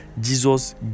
jesus